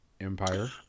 empire